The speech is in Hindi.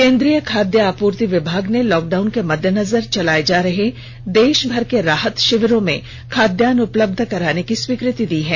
केन्द्रीय खाद्य आपूर्ति विभाग ने लॉकडाउन के मददेनजर चलाए जा रहे देष भर के राहत षिविरों में खाद्यान्न उपलब्ध कराने की स्वीकृति दी है